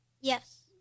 Yes